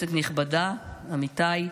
נכבדה, עמיתיי,